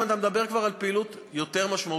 אם אתה מדבר כבר על פעילות יותר משמעותית,